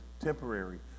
temporary